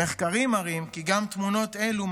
המחקרים גם מראים כי תמונות אלו,